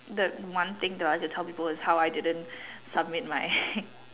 the one thing that I have to tell people is how I didn't submit my